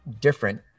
different